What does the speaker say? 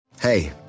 Hey